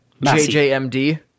JJMD